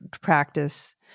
practice